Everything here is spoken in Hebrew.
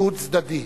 דו-צדדי.